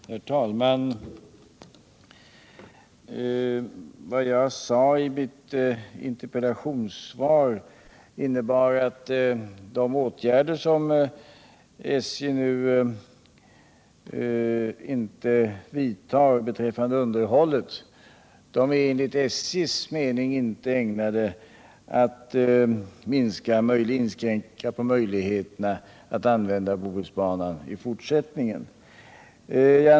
Herr talman! Vad jag sade i mitt interpellationssvar innebar att de begränsningar av banunderhållet som SJ nu har beslutat enligt SJ:s mening inte är ägnade att inskränka möjligheterna att använda Bohusbanan i fortsättningen.